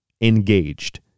engaged